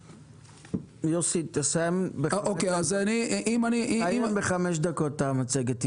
יוסי, תסיים בחמש דקות את המצגת.